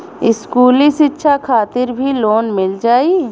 इस्कुली शिक्षा खातिर भी लोन मिल जाई?